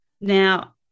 now